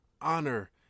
honor